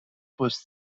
was